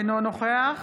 אינו נוכח